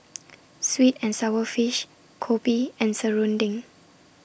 Sweet and Sour Fish Kopi and Serunding